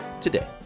today